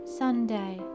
sunday